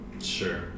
Sure